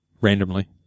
randomly